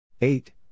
eight